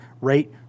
rate